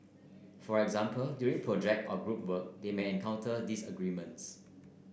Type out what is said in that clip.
for example during project or group work they may encounter disagreements